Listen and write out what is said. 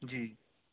جی